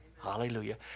Hallelujah